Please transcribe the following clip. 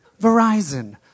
Verizon